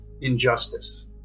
injustice